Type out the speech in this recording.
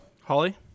Holly